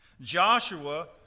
Joshua